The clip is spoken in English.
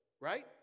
right